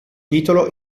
titolo